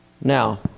Now